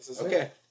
Okay